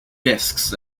disks